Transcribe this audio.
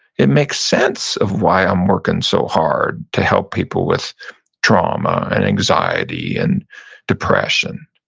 it makes sense of why i'm working so hard to help people with trauma and anxiety and depression.